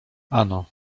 ano